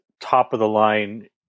top-of-the-line